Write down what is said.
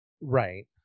Right